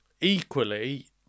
equally